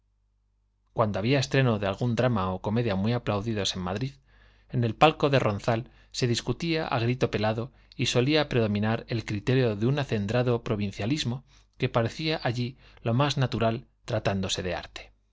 cuando había estreno de algún drama o comedia muy aplaudidos en madrid en el palco de ronzal se discutía a grito pelado y solía predominar el criterio de un acendrado provincialismo que parecía allí lo más natural tratándose de arte